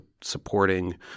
supporting